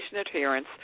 adherence